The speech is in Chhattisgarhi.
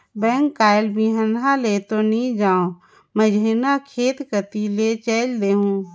बेंक कायल बिहन्हा ले तो नइ जाओं, मझिन्हा खेत कति ले चयल देहूँ